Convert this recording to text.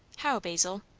how, basil?